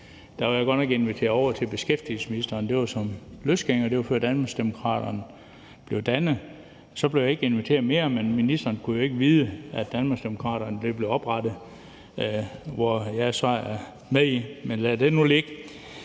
var jeg godt nok inviteret over til beskæftigelsesministeren. Det var som løsgænger. Det var, før Danmarksdemokraterne blev dannet. Så blev jeg ikke inviteret mere, men ministeren kunne jo ikke vide, at Danmarksdemokraterne ville blive oprettet, og at jeg så er med. Men lad det nu ligge.